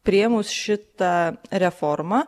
priėmus šitą reformą